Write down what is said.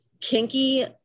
Kinky